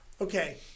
okay